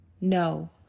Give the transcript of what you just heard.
no